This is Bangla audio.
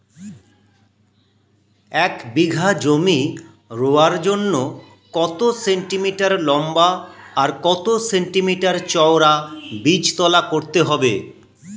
এক বিঘা জমি রোয়ার জন্য কত সেন্টিমিটার লম্বা আর কত সেন্টিমিটার চওড়া বীজতলা করতে হবে?